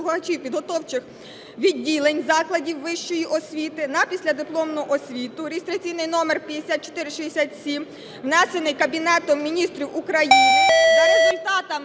підготовчих відділень закладів вищої освіти, на післядипломну освіту (реєстраційний номер 5467) (внесений Кабінетом Міністрів України) за результатами